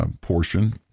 portion